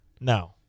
No